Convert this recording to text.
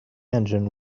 engine